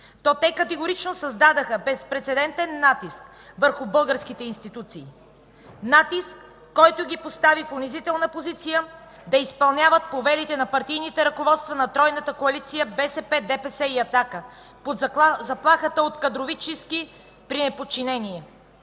то те категорично създадоха безпрецедентен натиск върху българските институции – натиск, който ги остави в унизителна позиция да изпълняват повелите на партийните ръководства на тройната коалиция БСП, ДПС и „Атака” под заплаха от кадрови чистки при неподчинение.